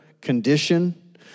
condition